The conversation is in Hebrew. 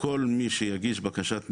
כל מי שיגיש בקשת מקלט,